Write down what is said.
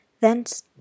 Thence